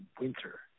winter